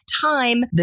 Time